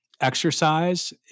exercise